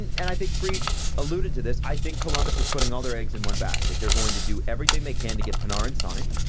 and i think friedge alluded to this, i think columbus is putting all their eggs in one basket. they're going to do everything they can to get panarin signed,